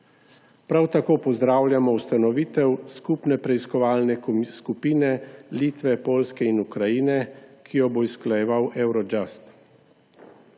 Prav tako pozdravljamo ustanovitev skupne preiskovalne skupine Litve, Poljske in Ukrajine, ki jo bo usklajeval Eurojust.